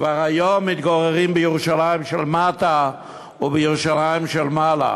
כבר היום מתגוררים בירושלים של מטה ובירושלים של מעלה,